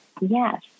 Yes